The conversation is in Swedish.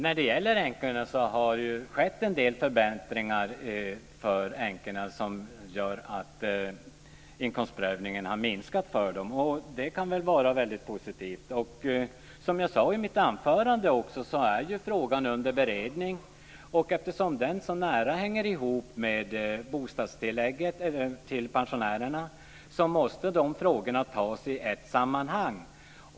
Fru talman! Det har ju skett en del förbättringar för änkorna som gör att effekterna av inkomstprövningen har minskat, vilket är positivt. Som jag sade i mitt anförande är ju frågan under beredning, och eftersom den så nära hänger ihop med frågan om bostadstillägget till pensionärerna så måste dessa frågor avgöras i ett sammanhang.